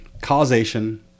Causation